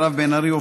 מירב בן ארי,